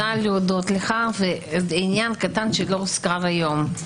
אני רוצה להודות לך ועניין קטן שלא הוזכר היום,